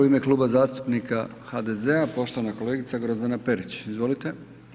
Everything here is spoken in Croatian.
U ime Kluba zastupnika HDZ-a, poštovana kolegica Grozdana Perić, izvolite.